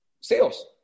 sales